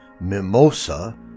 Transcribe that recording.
mimosa